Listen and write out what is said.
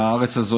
מהארץ הזו,